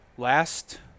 Last